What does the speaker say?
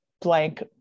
blank